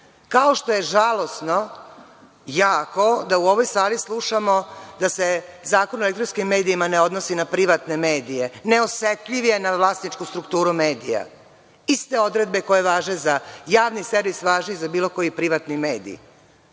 kao što je žalosno jako da u ovoj sali slušamo da se Zakon o elektronskim medijima ne odnosi na privatne medije. Neosetljiv je na vlasničku strukturu medija. Iste odredbe koje važe za Javni servis važi i za bilo koji privatni medij.